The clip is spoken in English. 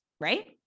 right